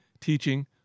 teaching